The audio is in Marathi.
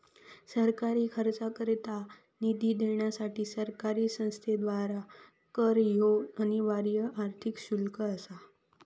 सरकारी खर्चाकरता निधी देण्यासाठी सरकारी संस्थेद्वारा कर ह्या अनिवार्य आर्थिक शुल्क असा